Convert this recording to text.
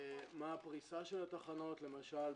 מה הפריסה של התחנות למשל,